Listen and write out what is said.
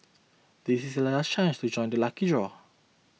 this is your last chance to join the lucky draw